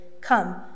Come